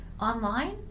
Online